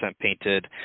painted